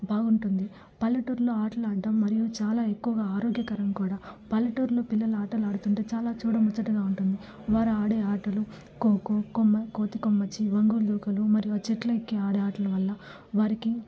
బాగుంటుంది పల్లెటూరుల్లో ఆటలాడడం మరియు చాలా ఎక్కువగా ఆరోగ్యకరం కూడా పల్లెటూరుల్లో పిల్లలాటలాడుతుంటే చాలా చూడముచ్చటగా ఉంటుంది వారాడే ఆటలు కోకో కొమ్మ కోతికొమ్మచ్చి వంగులుదూకులు మరియు చెట్లెక్కి ఆడే ఆటలవల్ల వారికి